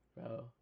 bro